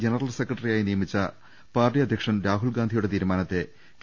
general സെക്രട്ടറിയായി നിയ മിച്ച പാർട്ടി അധ്യക്ഷൻ രാഹുൽഗാന്ധിയുടെ തീരുമാനത്തെ കെ